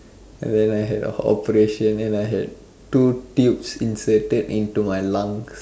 and then I had a operation and I had two tubes inserted into my lungs